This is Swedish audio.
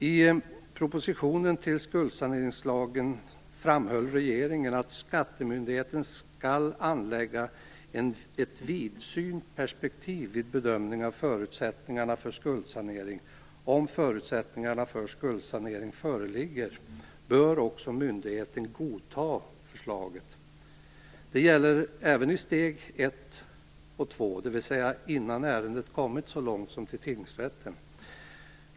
I propositionen om skuldsaneringslagen framhöll regeringen att skattemyndigheten skall anlägga ett vidsynt perspektiv vid bedömningen av förutsättningarna för skuldsanering. Om förutsättningarna för skuldsanering föreligger bör också myndigheten godta förslaget. Det gäller även i steg ett och två, dvs. innan ärendet kommit så långt som till tingsrätten.